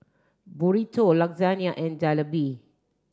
Burrito Lasagna and Jalebi